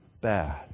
bad